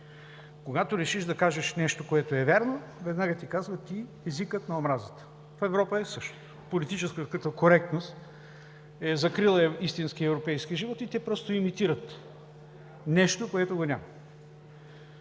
Когато решиш да кажеш нещо, което е вярно, веднага ти казват: „език на омразата“. В Европа е същото – политическата коректност е закрила истинския европейски живот и те просто имитират нещо, което го няма.